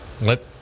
Let